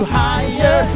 higher